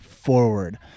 forward